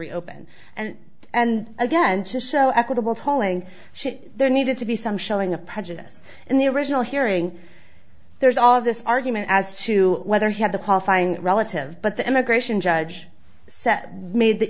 reopen and and again just show equitable tolling shit there needed to be some showing of prejudice in the original hearing there's all this argument as to whether he had the qualifying relative but the immigration judge said made the